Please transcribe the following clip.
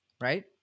right